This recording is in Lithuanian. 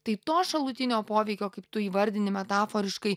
tai to šalutinio poveikio kaip tu įvardini metaforiškai